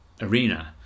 arena